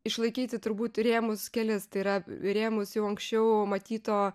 išlaikyti turbūt rėmus kelis tai yra rėmus jau anksčiau matyto